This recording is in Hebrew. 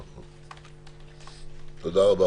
תודה.